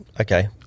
Okay